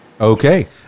Okay